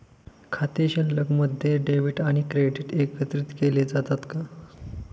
खाते शिल्लकमध्ये डेबिट आणि क्रेडिट एकत्रित केले जातात का?